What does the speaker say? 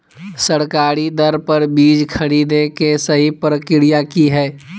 सरकारी दर पर बीज खरीदें के सही प्रक्रिया की हय?